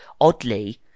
oddly